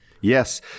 Yes